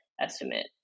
estimate